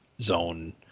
Zone